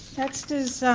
next is,